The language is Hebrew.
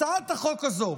הצעת החוק הזו